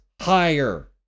higher